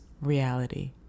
reality